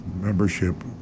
membership